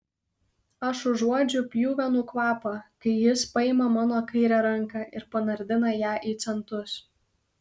aš užuodžiu pjuvenų kvapą kai jis paima mano kairę ranką ir panardina ją į centus